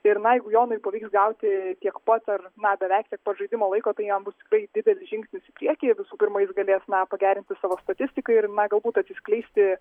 ir na jeigu jonui pavyks gauti tiek pat ar na beveik tiek pat žaidimo laiko tai jam bus tikrai didelis žingsnis į priekį visų pirma jis galės na pagerinti savo statistiką ir na galbūt atsiskleisti